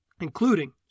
including